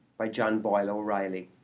by john boyle o'reilly